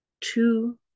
two